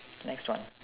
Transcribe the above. next one